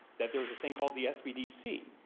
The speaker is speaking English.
that there was this thing called the sbdc.